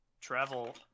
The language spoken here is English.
travel